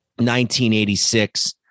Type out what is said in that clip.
1986